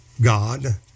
God